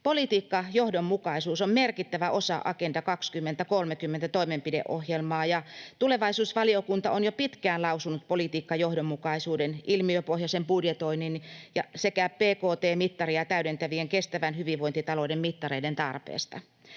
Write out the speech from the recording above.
Politiikkajohdonmukaisuus on merkittävä osa Agenda 2030 ‑toimenpideohjelmaa, ja tulevaisuusvaliokunta on jo pitkään lausunut politiikkajohdonmukaisuuden, ilmiöpohjaisen budjetoinnin sekä bkt-mittaria täydentävien kestävän hyvinvointita-louden mittareiden tarpeesta,